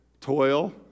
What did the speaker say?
toil